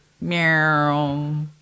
meow